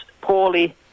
poorly